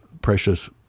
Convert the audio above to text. precious